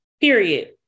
Period